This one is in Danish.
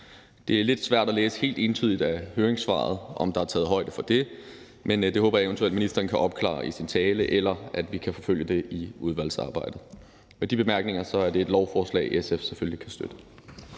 Det er lidt svært at læse helt entydigt af høringssvaret, om der er taget højde for det, men jeg håber, at ministeren eventuelt kan opklare det i sin tale, eller at vi kan forfølge det i udvalgsarbejdet. Med de bemærkninger vil jeg sige, at det er et lovforslag, SF selvfølgelig kan støtte.